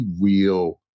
real